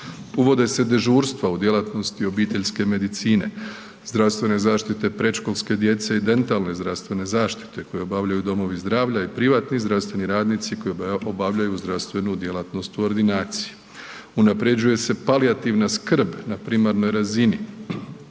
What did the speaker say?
uvode se dežurstva u djelatnosti obiteljske medicine, zdravstvene zaštite predškolske djece i dentalne zdravstvene zaštite koju obavljaju domovi zdravlja i privatni zdravstveni radnici koji obavljaju zdravstvenu djelatnost u ordinaciji. Unapređuje se palijativna skrb na primarnoj razini.